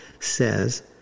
says